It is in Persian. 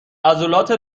عضلات